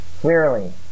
clearly